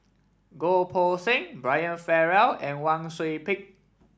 Goh Poh Seng Brian Farrell and Wang Sui Pick